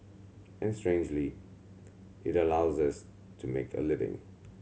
and strangely it allows us to make a living